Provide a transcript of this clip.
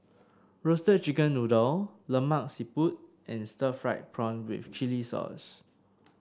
Roasted Chicken Noodle Lemak Siput and Stir Fried Prawn with Chili Sauce